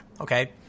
Okay